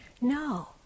No